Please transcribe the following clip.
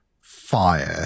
fire